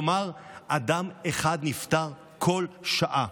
כלומר, אדם אחד נפטר כל שעה.